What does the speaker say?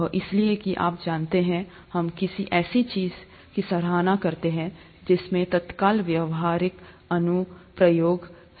वह इसलिए कि आप जानते हैं हम किसी ऐसी चीज की सराहना करते हैं जिसमें तत्काल व्यावहारिक अनुप्रयोग है